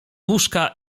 łóżka